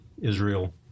Israel